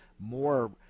more